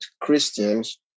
christians